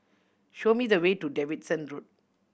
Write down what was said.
show me the way to Davidson Road